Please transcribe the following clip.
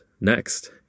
next